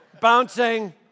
Bouncing